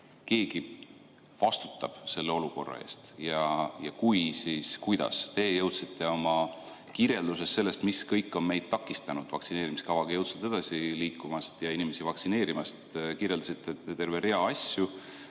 keegi vastutab selle olukorra eest, ja kui, siis kuidas. Te jõudsite oma kirjelduses sellest, mis kõik on meid takistanud vaktsineerimiskavaga jõudsalt edasi liikumast ja inimesi vaktsineerimast, selleni, et kirjeldasite terve rea asju.